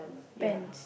pants